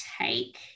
take